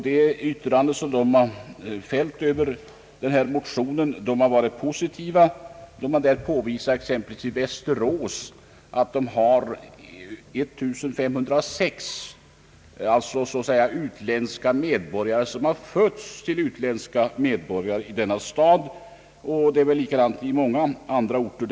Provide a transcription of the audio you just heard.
De yttranden som de har avgivit över motionerna har varit positiva. I Västerås exempelvis har man påvisat att där finns 1506 utländska medborgare som fötts till utländska medborgare där. Det är väl likadant i många andra orter.